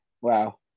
Wow